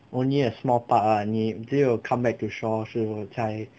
only a small part ah 你只有 come back to shore 是才